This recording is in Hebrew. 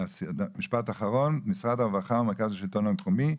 משרד הרווחה מרכז השלטון המקומי,